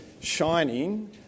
shining